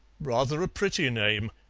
rather a pretty name.